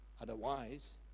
Otherwise